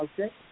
okay